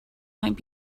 might